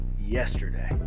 yesterday